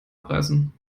abreißen